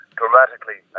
dramatically